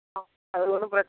ஆ அதில் ஒன்றும் பிரச்ச